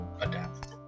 adapt